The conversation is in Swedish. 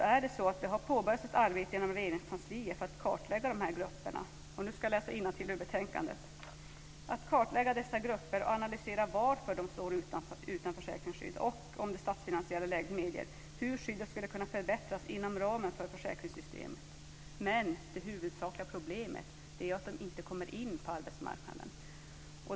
Nu ska jag läsa innantill i betänkandet: "Det har därför påbörjats ett arbete inom Regeringskansliet med att kartlägga dessa grupper och analysera varför de står utan försäkringsskydd och, om det statsfinansiella läget medger det, hur skyddet skulle kunna förbättras inom ramen för försäkringssystemet." Men det huvudsakliga problemet är ju att de inte kommer in på arbetsmarknaden.